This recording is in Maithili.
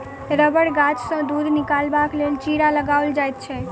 रबड़ गाछसँ दूध निकालबाक लेल चीरा लगाओल जाइत छै